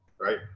right